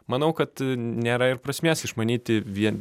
manau kad nėra ir prasmės išmanyti vien